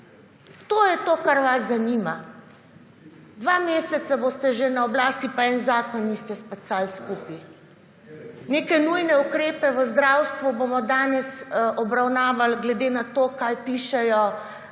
To je to, kar vas zanima. Dva meseca boste že na oblasti, pa en zakon niste spacali skupaj. Neke nujne ukrepe v zdravstvu bomo danes obravnavali, glede na to, kaj pišejo